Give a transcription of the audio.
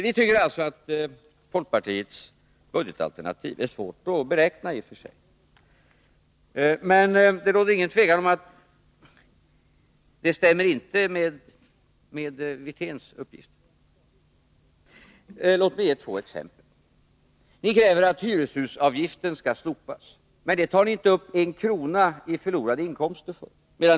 Vi tycker att folkpartiets budgetalternativ i och för sig är svårt att beräkna, men det råder inget tvivel om att det inte stämmer med Rolf Wirténs uppgifter. Låt mig ge två exempel. Ni kräver att hyreshusavgiften skall slopas. Men för det tar ni inte upp en enda krona i förlorade inkomster i budgeten.